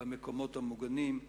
במקומות המוגנים,